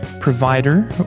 provider